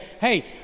hey